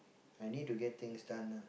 I need to get things done ah